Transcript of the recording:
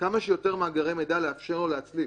כמה שיותר מאגרי מידע לאפשר לו להצליב.